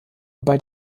bei